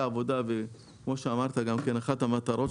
כשאין מעקה הפרדה